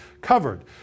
covered